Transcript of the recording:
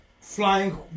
Flying